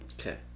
Okay